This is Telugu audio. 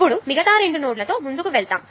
ఇప్పుడు మిగతా రెండు నోడ్లతో ముందుకు వెళ్దాం